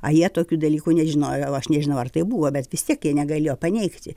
a jie tokių dalykų nežinojo o aš nežinojau ar tai buvo bet vis tiek jie negalėjo paneigti